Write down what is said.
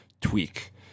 tweak